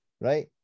right